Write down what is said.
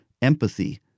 Empathy